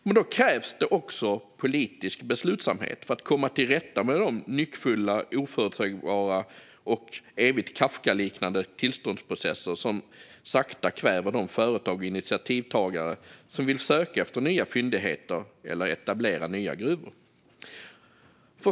Men då krävs det politisk beslutsamhet för att komma till rätta med de nyckfulla, oförutsägbara och evigt Kafkaliknande tillståndsprocesser som sakta kväver de företag och initiativtagare som vill söka efter nya fyndigheter eller etablera nya gruvor.